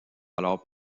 alors